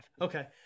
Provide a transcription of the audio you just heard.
Okay